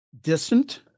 distant